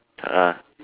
ah